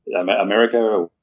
America